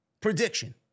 prediction